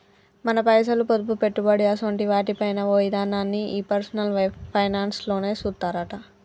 మన పైసలు, పొదుపు, పెట్టుబడి అసోంటి వాటి పైన ఓ ఇదనాన్ని ఈ పర్సనల్ ఫైనాన్స్ లోనే సూత్తరట